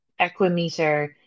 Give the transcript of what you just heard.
equimeter